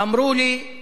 אמרו לי: